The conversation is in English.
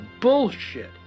bullshit